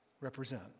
represent